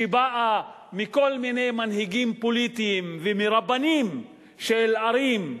שבאה מכל מיני מנהיגים פוליטיים ומרבנים של ערים,